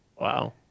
Wow